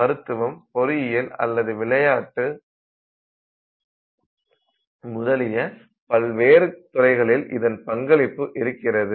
மருத்துவம் பொறியியல் அல்லது விளையாட்டு முதலிய பல்வேறு துறைகளில் இதன் பங்களிப்பு இருக்கிறது